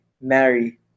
marry